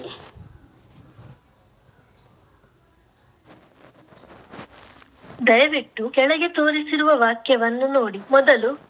ಕರ್ನಾಟಕದ ಬನ್ನೂರು ಕುರಿ ಮಾಂಸಕ್ಕ ಒಳ್ಳೆ ತಳಿ ಕುರಿ ಅಂತ ಕರೇತಾರ